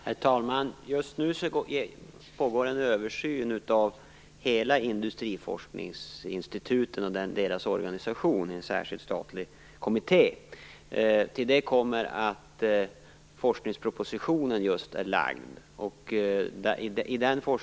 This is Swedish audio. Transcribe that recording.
Herr talman! Just nu pågår en översyn av hela Industriforskningsinstitutet och dess organisation, vilken görs av en särskild statlig kommitté. Till detta kommer att forskningspropositionen just är framlagd.